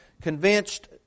convinced